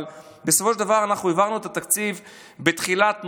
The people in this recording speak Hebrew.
אבל בסופו של דבר אנחנו העברנו את התקציב בתחילת נובמבר.